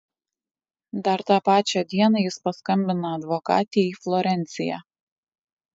dar tą pačią dieną jis paskambina advokatei į florenciją